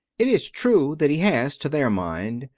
it is true that he has, to their mind,